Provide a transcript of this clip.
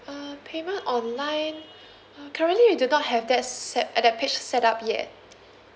uh payment online uh currently we do not have that set uh that page set up yet